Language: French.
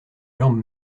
jambes